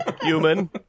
human